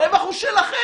הרווח הוא שלכם.